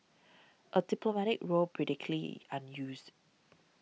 a diplomatic row predictably unused